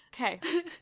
Okay